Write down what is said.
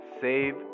save